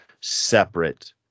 separate